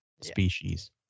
species